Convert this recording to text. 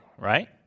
right